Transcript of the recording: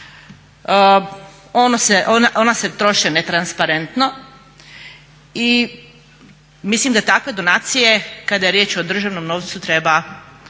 ona se troše netransparentno i mislim da takve donacije kada je riječ o državnom novcu treba